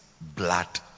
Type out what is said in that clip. blood